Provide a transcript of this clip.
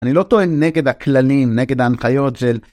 אני לא טוען נגד הכללים, נגד ההנחיות של...